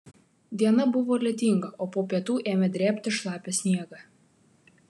diena buvo lietinga o po pietų ėmė drėbti šlapią sniegą